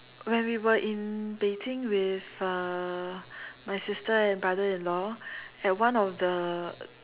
when we were in Beijing with uh my sister and brother in law at one of the